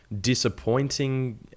disappointing